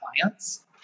clients